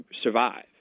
survive